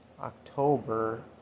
October